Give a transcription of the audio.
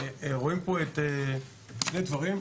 רואים פה שני דברים,